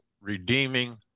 redeeming